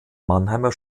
mannheimer